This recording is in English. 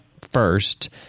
first